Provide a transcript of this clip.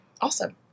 Awesome